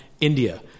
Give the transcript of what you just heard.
India